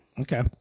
Okay